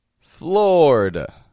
florida